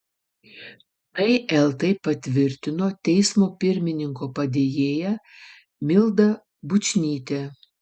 tai eltai patvirtino teismo pirmininko padėjėja milda bučnytė